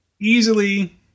easily